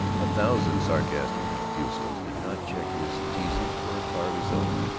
a thousand sarcastic refusals did not check his teasing for a car of his own.